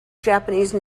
japanese